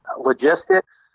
logistics